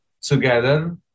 together